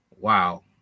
Wow